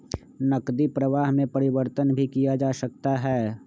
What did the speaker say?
नकदी प्रवाह में परिवर्तन भी किया जा सकता है